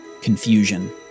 Confusion